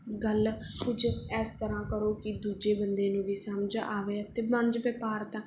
ਗੱਲ ਕੁਝ ਇਸ ਤਰ੍ਹਾਂ ਕਰੋ ਕਿ ਦੂਜੇ ਬੰਦੇ ਨੂੰ ਵੀ ਸਮਝ ਆਵੇ ਅਤੇ ਵਣਜ ਵਪਾਰ ਤਾਂ